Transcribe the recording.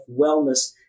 wellness